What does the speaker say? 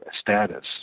status